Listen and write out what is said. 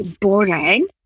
boring